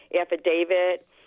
affidavit